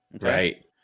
Right